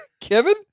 Kevin